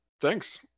thanks